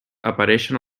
apareixen